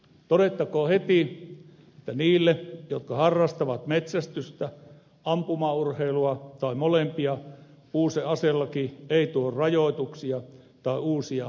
todettakoon heti että niille jotka harrastavat metsästystä ampumaurheilua tai molempia uusi aselaki ei tuo rajoituksia tai uusia velvollisuuksia harrastukseen